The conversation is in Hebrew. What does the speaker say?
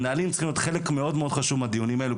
המנהלים צריכים להיות חלק מאוד חשוב מהדיונים האלה,